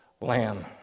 lamb